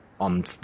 on